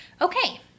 Okay